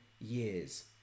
years